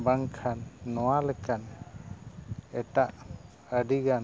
ᱵᱟᱝᱠᱷᱟᱱ ᱱᱚᱣᱟ ᱞᱮᱠᱟᱱ ᱮᱴᱟᱜ ᱟᱹᱰᱤ ᱜᱟᱱ